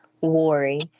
worry